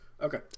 Okay